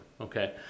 Okay